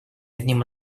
одним